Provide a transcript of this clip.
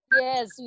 Yes